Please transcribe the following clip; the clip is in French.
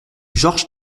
georges